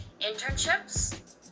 internships